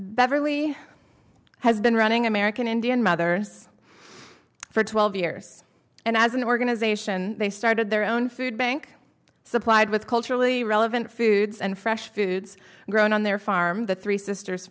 beverly has been running american indian mothers for twelve years and as an organization they started their own food bank supplied with culturally relevant foods and fresh foods grown on their farm the three sisters